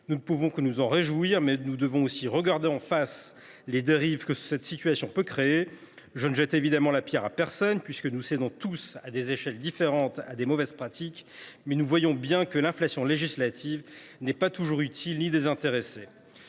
Nous ne pouvons que nous en réjouir, mais nous devons aussi regarder en face les dérives que cette situation peut entraîner. Je ne jette évidemment la pierre à personne, puisque nous cédons tous, à des degrés divers, à de mauvaises pratiques, mais nous voyons bien que l’inflation législative n’est pas toujours utile ni désintéressée.